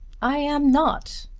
i am not.